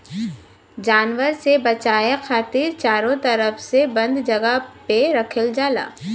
जानवर से बचाये खातिर चारो तरफ से बंद जगह पे रखल जाला